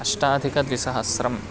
अष्टाधिकद्विसहस्रम्